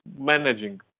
managing